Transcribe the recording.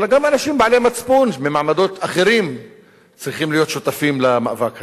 אלא גם אנשים בעלי מצפון ממעמדות אחרים צריכים להיות שותפים למאבק הזה.